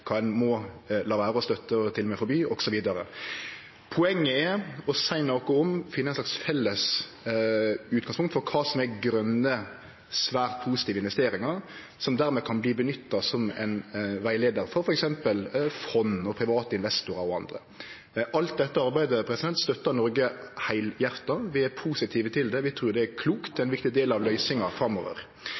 kva ein må la vere å støtte og til og med forby, osv. Poenget er å seie noko om og finne eit slags felles utgangspunkt for kva som er grøne, svært positive investeringar som dermed kan verte nytta som ein rettleiar for f.eks. fond, private investorar og andre. Alt dette arbeidet støttar Noreg heilhjarta. Vi er positive til det, vi trur det er klokt. Det er ein viktig del av løysinga framover.